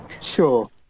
Sure